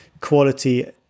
quality